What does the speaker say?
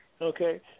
okay